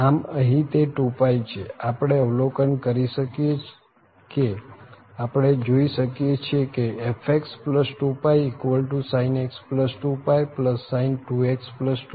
આમાં અહી તે 2π છે આપણે અવલોકન કરી શકીએ કે આપણે જોઈ શકીએ છીએ કે fx2πsin x2πsin 2x2πcos 3x2π